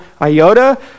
iota